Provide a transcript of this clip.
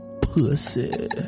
pussy